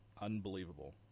unbelievable